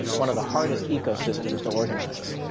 one of the hardest ecosystems to organize.